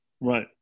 right